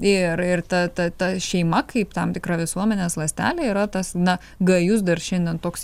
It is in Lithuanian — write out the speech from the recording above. ir ir ta ta ta šeima kaip tam tikra visuomenės ląstelė yra tas na gajus dar šiandien toks